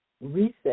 reset